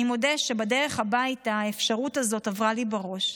אני מודה שבדרך הביתה האפשרות הזאת עברה לי בראש.